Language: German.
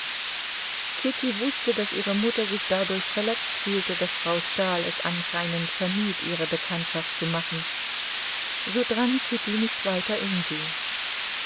kitty wußte daß ihre mutter sich dadurch verletzt fühlte daß frau stahl es anscheinend vermied ihre bekanntschaft zu machen so drang kitty nicht weiter in sie